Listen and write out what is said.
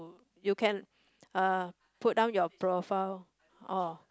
you can uh put down your profile all